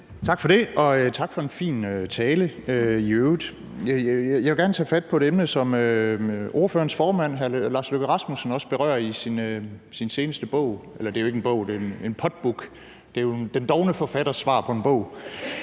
Tak for det, og tak for en fin tale i øvrigt. Jeg vil gerne tage fat på et emne, som ordførerens formand, hr. Lars Løkke Rasmussen, også berører i sin seneste bog – eller det er jo ikke en bog; det er en podbook. Det er jo den dovne forfatters svar på en bog.